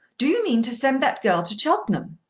do you mean to send that girl to cheltenham?